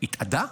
התאדה.